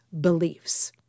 beliefs